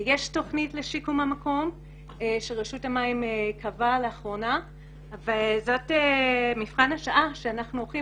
יש תוכנית לשיקום המקום שרשות קבעה לאחרונה וזה מבחן השעה כשאנחנו הולכים